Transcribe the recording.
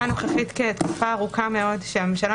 אני מתכוונת על התקופה הנוכחית כתקופה ארוכה מאוד שהממשלה